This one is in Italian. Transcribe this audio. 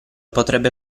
potrebbe